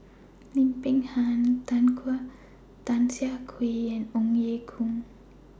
Lim Peng Han Tan Siah Kwee and Ong Ye Kung